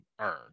earn